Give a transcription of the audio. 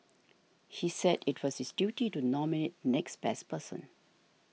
he said it was his duty to nominate next best person